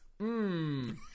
Mmm